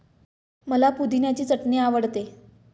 मला पुदिन्याची चटणी आवडते